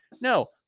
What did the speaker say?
No